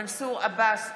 מנסור עבאס,